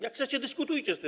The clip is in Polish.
Jak chcecie, dyskutujcie z tym.